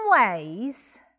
ways